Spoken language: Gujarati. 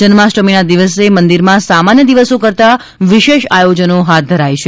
જન્માષ્ટમીના દિવસે મંદિરમાં સામાન્ય દિવસો કરતાં વિશેષ આયોજન હાથ ધરાય છે